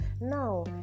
Now